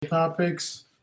topics